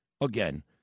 again